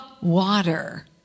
Water